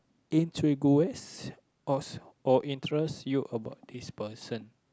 intrigues or or interests you about this person